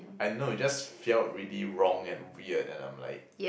I know it just felt really wrong and weird and I'm like